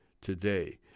today